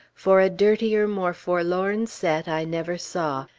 for a dirtier, more forlorn set i never saw.